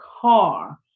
car